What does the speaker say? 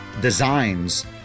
designs